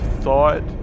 thought